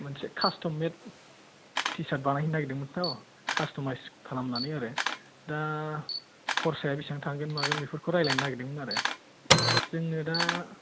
मोनसे custom made T shirt बानायहोनो नागिरदोंमोनथ' कासट'माइस खालामनानै आरो दा खरसाया बिसिबां थांगोन मागोन बेफोरखौ रायज्लायनो नागिरदोंमोन आरो जोंनो दा